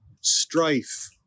strife